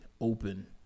open